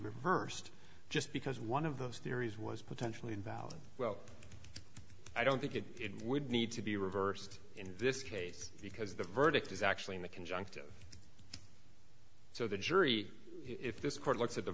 reversed just because one of those theories was potentially invalid well i don't think it would need to be reversed in this case because the verdict is actually in the conjunctive so the jury if this co